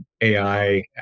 ai